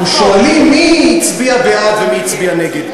אנחנו שואלים מי הצביע בעד ומי הצביע נגד.